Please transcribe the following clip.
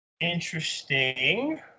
Interesting